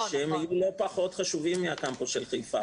שיהיו לא פחות חשובים מהקמפוס של חיפה,